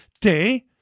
day